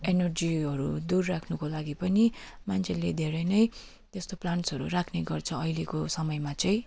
एनर्जीहरू दूर राख्नुको लागि पनि मान्छेले धेरै नै त्यस्तो प्लान्ट्सहरू राख्ने गर्छ अहिलेको समयमा चाहिँ